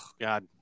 god